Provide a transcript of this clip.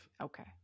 Okay